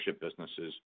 businesses